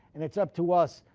and it's up to us,